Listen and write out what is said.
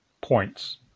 Points